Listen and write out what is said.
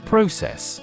process